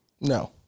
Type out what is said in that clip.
No